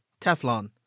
Teflon